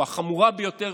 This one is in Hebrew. או החמורה ביותר,